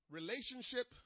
Relationship